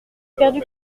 perdu